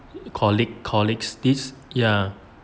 colleague colleagues this ya